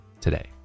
today